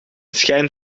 schijn